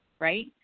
right